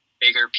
bigger